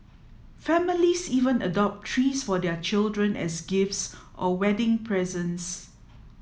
families even adopt trees for their children as gifts or wedding presents